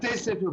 בתי ספר,